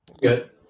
Good